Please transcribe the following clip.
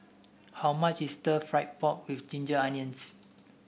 how much is Stir Fried Pork with Ginger Onions